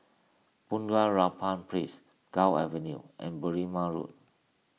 Bunga Rampai Place Gul Avenue and Berrima Road